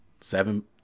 Seven